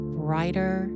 brighter